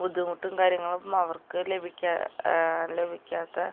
ബുദ്ധിമുട്ടും കാര്യങ്ങളുമൊന്നും അവർക്ക് ലഭിക്കാത്ത ലഭിക്കാത്ത